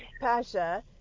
Pasha